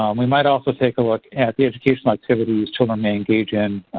um we might also take a look at the educational activities children may engage in